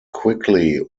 quickly